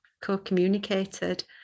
co-communicated